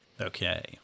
okay